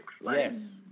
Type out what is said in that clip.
Yes